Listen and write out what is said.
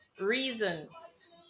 reasons